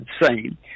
insane